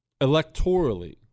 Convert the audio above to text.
Electorally